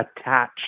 attach